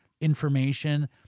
information